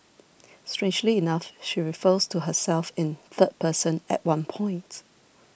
strangely enough she refers to herself in third person at one point